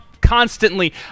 constantly